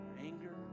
Anger